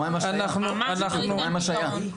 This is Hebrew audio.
ממש לא ייתן פתרון.